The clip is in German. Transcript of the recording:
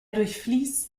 durchfließt